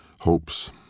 hopes